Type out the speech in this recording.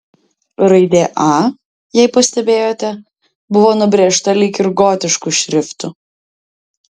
raidė a jei pastebėjote buvo nubrėžta lyg ir gotišku šriftu